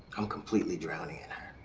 i'm completely drowning in